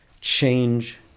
change